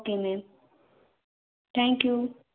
okay ma'am thank you